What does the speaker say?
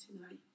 tonight